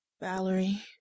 Valerie